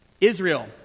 Israel